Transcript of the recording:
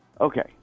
Okay